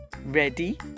Ready